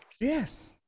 Yes